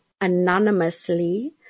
anonymously